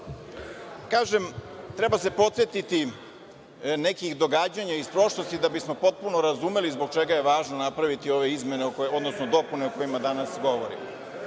treba se podsetiti nekih događanja iz prošlosti da bismo potpuno razumeli zbog čega je važno napraviti ove izmene, odnosno dopune o kojima danas govorimo.